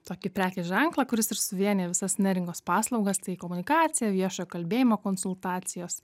tokį prekės ženklą kuris ir suvienija visas neringos paslaugas tai komunikacija viešojo kalbėjimo konsultacijos